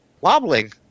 wobbling